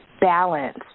balance